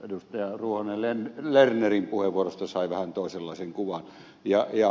ruohonen lernerin puheenvuorosta sai vähän toisenlaisen kuvan